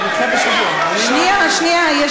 שנייה, שנייה.